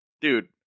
dude